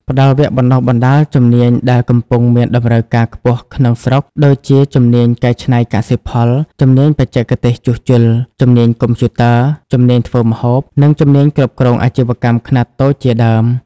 ផ្តល់វគ្គបណ្តុះបណ្តាលជំនាញដែលកំពុងមានតម្រូវការខ្ពស់ក្នុងស្រុក ដូចជា ជំនាញកែច្នៃកសិផល ជំនាញបច្ចេកទេសជួសជុល ជំនាញកុំព្យូទ័រ ជំនាញធ្វើម្ហូប និងជំនាញគ្រប់គ្រងអាជីវកម្មខ្នាតតូចជាដើម។